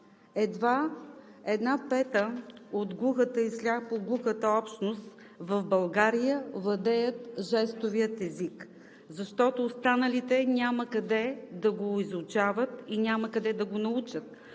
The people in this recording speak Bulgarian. Едва една пета от глухата и сляпо-глухата общност в България владеят жестовия език, защото останалите няма къде да го изучават и няма къде да го научат.